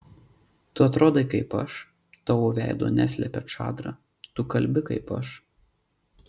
tu atrodai kaip aš tavo veido neslepia čadra tu kalbi kaip aš